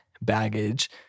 baggage